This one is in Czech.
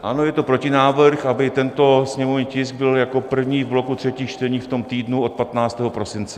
Ano, je to protinávrh, aby tento sněmovní tisk byl jako první v bloku třetích čtení v tom týdnu od 15. prosince.